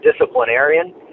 disciplinarian